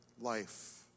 life